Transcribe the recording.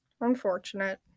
Unfortunate